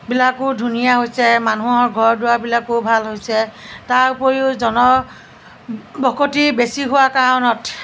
বিলাকো ধুনীয়া হৈছে মানুহৰ ঘৰ দুৱাৰবিলাকো ভাল হৈছে তাৰ উপৰিও জনবসতি বেছি হোৱা কাৰণত